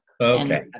okay